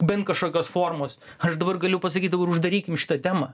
bent kažkokios formos aš dabar galiu pasakyt dabar uždarykim šitą temą